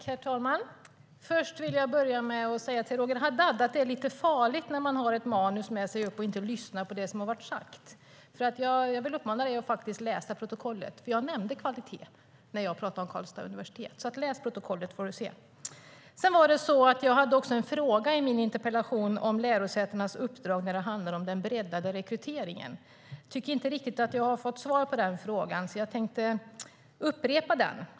Herr talman! Jag vill börja med att säga till Roger Haddad att det är lite farligt när man har ett manus med sig i talarstolen och inte lyssnar på det som har sagts. Jag vill uppmana honom att läsa protokollet, för jag nämnde kvalitet när jag talade om Karlstads universitet. Läs protokollet så får du se, Roger Haddad! Jag hade en fråga om lärosätenas uppdrag vad gäller den breddade rekryteringen. Jag tycker inte att jag riktigt fått svar på den frågan och tänkte därför upprepa den.